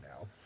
now